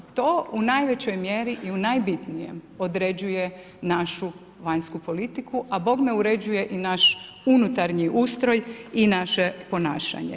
To u najvećoj mjeri i u najbitnijem određuje našu vanjsku politiku a bogme uređuje i naš unutar ustroj i naše ponašanje.